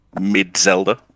mid-Zelda